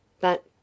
But